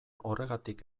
horregatik